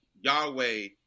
Yahweh